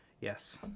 yes